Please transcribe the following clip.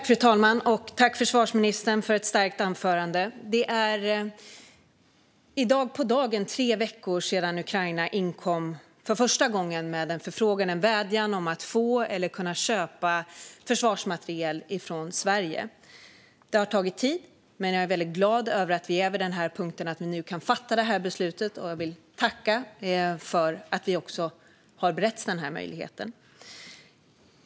Fru talman! Tack, försvarsministern, för ett starkt anförande! Det är i dag på dagen tre veckor sedan Ukraina för första gången inkom med en förfrågan, en vädjan, om att få eller kunna köpa försvarsmateriel från Sverige. Det har tagit tid, men jag är glad över att vi är vid den här punkten och nu kan fatta det här beslutet. Jag vill tacka för att vi har beretts den möjligheten.